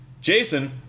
Jason